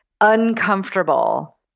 uncomfortable